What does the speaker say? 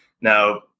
Now